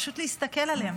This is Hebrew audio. פשוט להסתכל עליהם.